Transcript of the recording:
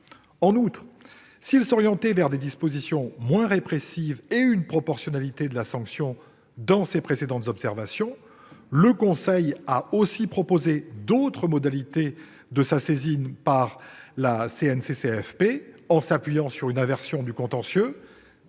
En outre, s'il s'orientait vers des dispositions moins répressives et une proportionnalité de la sanction dans ses précédentes observations, le Conseil constitutionnel a aussi proposé d'autres modalités de sa saisine par la CNCCFP, en s'appuyant sur une inversion du contentieux.